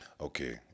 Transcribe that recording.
Okay